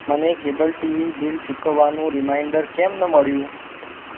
મને cable TV bill ચૂકવવાનું reminder કેમ ન મળ્યું